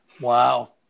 Wow